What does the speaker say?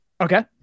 Okay